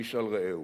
איש על רעהו.